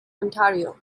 ontario